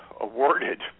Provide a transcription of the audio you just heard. awarded